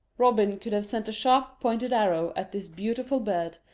robin could have sent a sharp-pointed arrow at this beautiful bird,